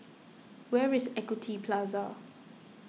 where is Equity Plaza